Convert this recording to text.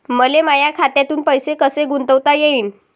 मले माया खात्यातून पैसे कसे गुंतवता येईन?